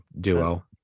duo